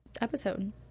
episode